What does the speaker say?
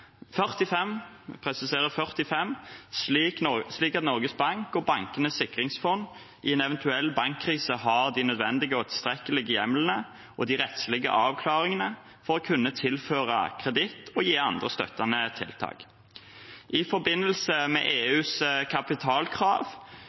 45, slik at Norges Bank og Bankenes sikringsfond i en eventuell bankkrise har de nødvendige og tilstrekkelige hjemlene og de rettslige avklaringene for å kunne tilføre kreditt og gi andre støttende tiltak. I forbindelse med